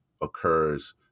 occurs